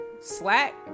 slack